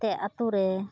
ᱮᱱᱛᱮᱫ ᱟᱹᱛᱩᱨᱮ